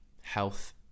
health